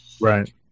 right